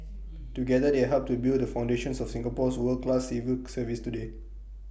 together they helped to build the foundations of Singapore's world class civil service today